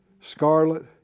scarlet